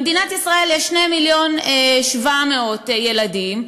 במדינת ישראל יש 2.7 מיליון ילדים,